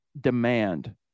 demand